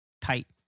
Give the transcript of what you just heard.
tight